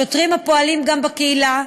שוטרים הפועלים גם בקהילה,